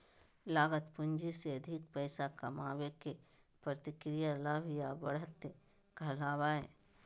लागत पूंजी से अधिक पैसा कमाबे के प्रक्रिया लाभ या बढ़त कहलावय हय